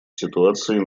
ситуацией